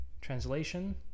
translation